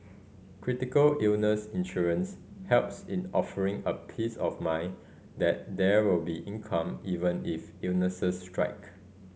critical illness insurance helps in offering a peace of mind that there will be income even if illnesses strike